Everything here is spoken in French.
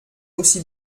aussi